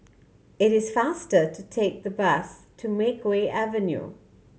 it is faster to take the bus to Makeway Avenue